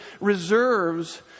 reserves